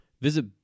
Visit